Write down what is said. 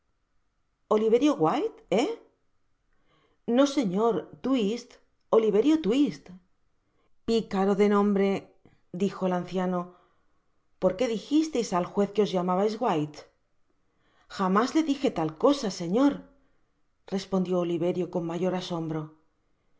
oliverio white he no señor twist oliverio twisl picaro de nombre dijo el anciano porque dijisteis al juez que os llamabais white jamás le dije tal cosa señor i respondió oliverio con mayor asombro